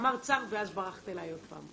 אמרת שר ואז בחרת אלי עוד פעם.